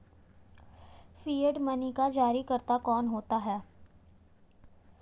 Fiat money का जारीकर्ता कौन होता है?